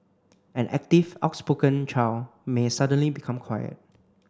an active outspoken child may suddenly become quiet